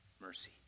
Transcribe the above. mercy